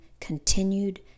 continued